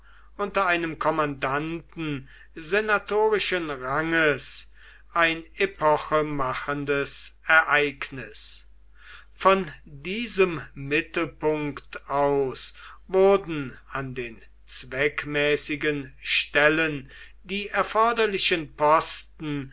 unter einem kommandanten senatorischen ranges ein epochemachendes ereignis von diesem mittelpunkt aus wurden an den zweckmäßigen stellen die erforderlichen posten